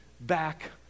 back